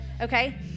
Okay